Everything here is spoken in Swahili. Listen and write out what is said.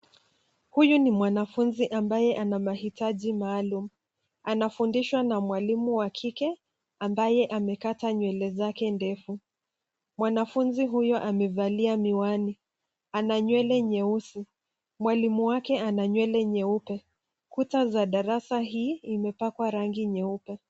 Huyu ni mwanafunzi ambaye ana mahitaji maalum. Anafundishwa na mwalimu wa kike ambaye anakata nywele zake ndefu. Mwanafunzi huyo amevalia miwani. Ananywele nyeusi. Mwalimu wake ana nywele nyeupe. Kuta za darasa hii imepakwa rangi nyeupe.